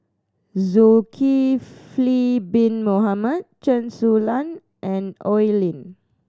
Zulkifli Bin Mohamed Chen Su Lan and Oi Lin